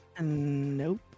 Nope